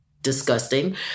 Disgusting